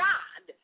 God